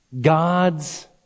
God's